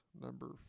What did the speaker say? Number